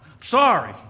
Sorry